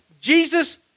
Jesus